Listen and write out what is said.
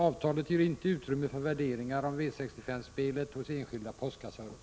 Avtalet ger inte utrymme för värderingar om V65-spelet hos enskilda postkassörer.